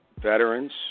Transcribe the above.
veterans